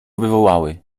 wywołały